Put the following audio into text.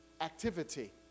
activity